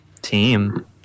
Team